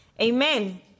Amen